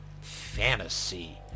Fantasy